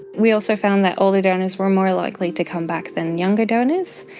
we also found that older donors were more likely to come back than younger donors,